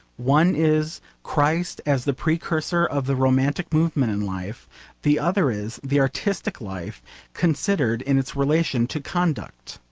one is christ as the precursor of the romantic movement in life the other is the artistic life considered in its relation to conduct